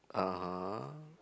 (uh huh)